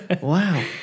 Wow